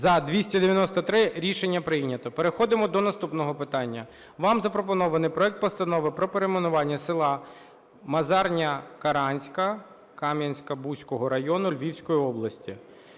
За-293 Рішення прийнято. Переходимо до наступного питання, вам запропонований проект Постанови про перейменування села Мазарня-Каранська Кам'янка-Бузького району Львівської області.